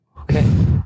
Okay